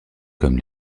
comme